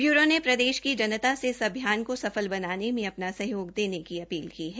bureau ने प्रदेश की जनता से इस अभियान को सफल बनाने में अपना सहयोग देने की अपील की है